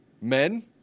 Men